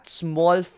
small